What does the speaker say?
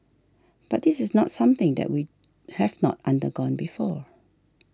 but this is not something that we have not undergone before